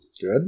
Good